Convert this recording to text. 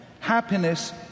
Happiness